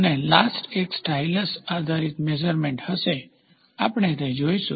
અને લાસ્ટ એક સ્ટાઇલસ આધારિત મેઝરમેન્ટ હશે આપણે તે જોઈશું